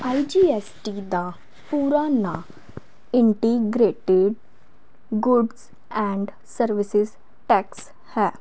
IGST ਦਾ ਪੂਰਾ ਨਾਂ integrated good and service tax ਹੈ